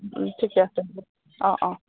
ঠিকে আছে হ'ব অঁ অঁ